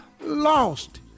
lost